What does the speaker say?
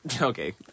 Okay